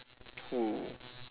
who